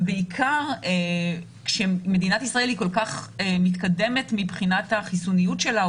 ובעיקר כשמדינת ישראל היא כל כך מתקדמת מבחינת החיסוניות שלה,